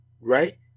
right